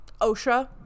OSHA